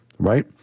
Right